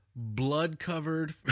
Blood-covered